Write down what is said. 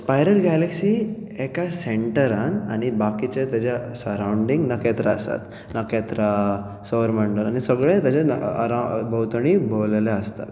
spiral galaxy एका सेन्टरान आनी बकीच्या तेच्या सराउन्डिंग नखेत्रा आसात नखेत्रा सौर मंडल हे सगळें ताच्या ना आ अराउन्ड आ भोंवतणी भोंवलेलें आसतात